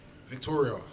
Victoria